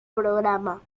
programa